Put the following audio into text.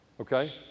Okay